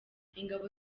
ingabo